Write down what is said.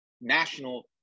national